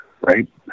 right